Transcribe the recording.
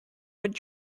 would